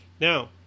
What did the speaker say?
Now